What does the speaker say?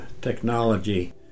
technology